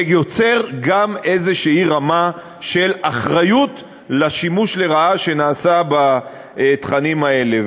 זה יוצר גם איזושהי רמה של אחריות לשימוש לרעה שנעשה בתכנים האלה.